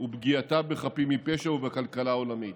ופגיעתה בחפים מפשע ובכלכלה העולמית.